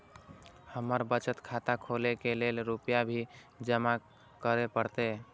हमर बचत खाता खोले के लेल रूपया भी जमा करे परते?